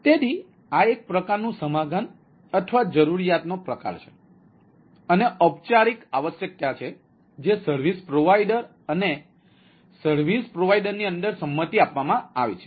તેથી આ એક પ્રકારનું સમાધાન અથવા જરૂરિયાતનો પ્રકાર છે અને ઔપચારિક આવશ્યકતા છે જે સર્વિસ પ્રોવાઇડર અને સર્વિસ પ્રોવાઇડરની અંદર સંમતિ આપવામાં આવી છે